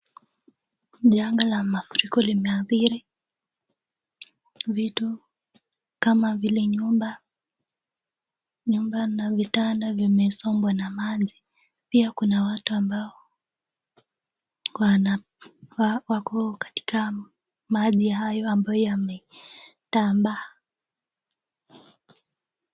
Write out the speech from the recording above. j Janga la mafuriko limeadhiri vitu kama vile nyumba. Nyumba na vitanda vimesombwa na maji. Pia kuna watu ambao, wako katika maji hayo ambayo yametamba.